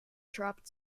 dropped